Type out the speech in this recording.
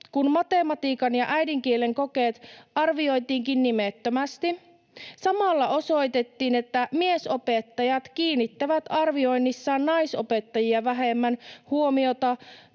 kun matematiikan ja äidinkielen kokeet arvioitiinkin nimettömästi. Samalla osoitettiin, että miesopettajat kiinnittävät arvioinnissaan naisopettajia vähemmän huomiota